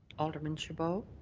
alderman chabot.